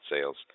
sales